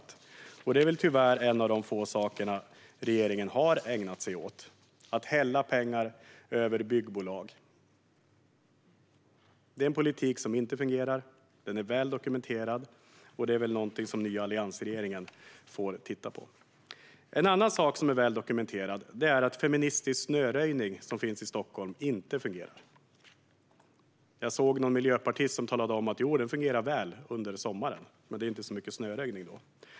Att hälla pengar över byggbolag är tyvärr en av de få saker regeringen har ägnat sig åt, och det är en politik som inte fungerar. Det är väl dokumenterat, och det är något som den nya alliansregeringen kommer att få titta på. En annan sak som är väl dokumenterad är att feministisk snöröjning, som finns i Stockholm, inte fungerar. Jag såg någon miljöpartist som talade som att jo, det fungerar väl - under sommaren. Men det är ju inte så mycket snöröjning då.